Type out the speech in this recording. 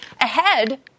ahead